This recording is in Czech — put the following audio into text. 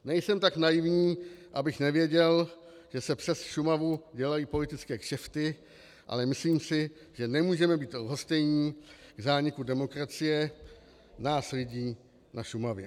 Nejsem tak naivní, abych nevěděl, že se přes Šumavu dělají politické kšefty, ale myslím si, že nemůžeme být lhostejní k zániku demokracie nás lidí na Šumavě.